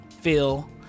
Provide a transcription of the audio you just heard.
feel